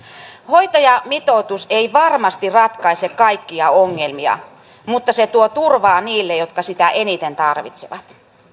hoitajamitoitus ei varmasti ratkaise kaikkia ongelmia mutta se tuo turvaa niille jotka sitä eniten tarvitsevat